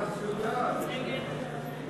סעיף 40(25) (31),